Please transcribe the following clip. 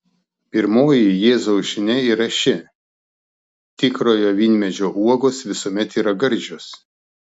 pirmoji jėzaus žinia yra ši tikrojo vynmedžio uogos visuomet yra gardžios